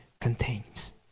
contains